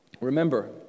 Remember